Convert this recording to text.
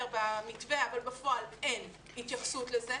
במתווה אבל בפועל אין התייחסות לזה.